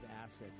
assets